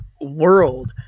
world